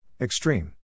Extreme